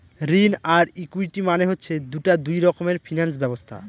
ঋণ আর ইকুইটি মানে হচ্ছে দুটা দুই রকমের ফিনান্স ব্যবস্থা